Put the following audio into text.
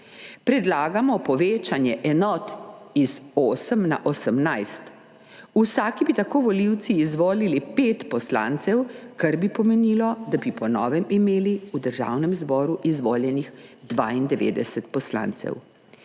Predlagamo povečanje enot iz 8 na 18. Vsaki bi tako volivci izvolili pet poslancev, kar bi pomenilo, da bi po novem imeli v Državnem zboru izvoljenih 92 poslancev.